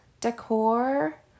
decor